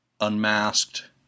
unmasked